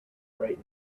right